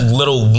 little